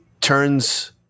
turns